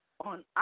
on